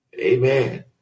Amen